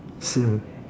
same